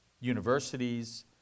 universities